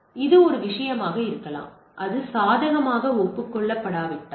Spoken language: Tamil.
எனவே இது ஒரு விஷயமாக இருக்கலாம் அது சாதகமாக ஒப்புக் கொள்ளப்படாவிட்டால்